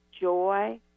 joy